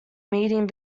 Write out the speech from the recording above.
meeting